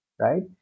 right